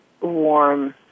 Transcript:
warm